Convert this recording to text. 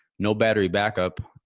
no battery backup.